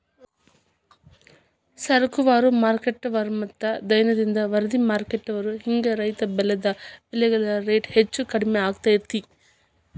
ಸರಕುವಾರು, ಮಾರುಕಟ್ಟೆವಾರುಮತ್ತ ದೈನಂದಿನ ವರದಿಮಾರುಕಟ್ಟೆವಾರು ಹಿಂಗ ರೈತ ಬೆಳಿದ ಬೆಳೆಗಳ ರೇಟ್ ಹೆಚ್ಚು ಕಡಿಮಿ ಆಗ್ತಿರ್ತೇತಿ